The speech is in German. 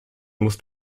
musst